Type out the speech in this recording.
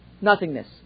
nothingness